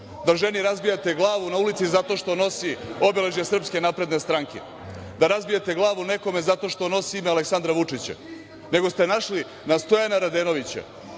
da ženi razbijate glavu na ulici zato što nosi obeležja SNS, da razbijete glavu nekome zato što nosi ime Aleksandra Vučića, nego ste našli na Stojana Radenovića,